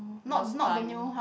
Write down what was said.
last time